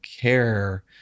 care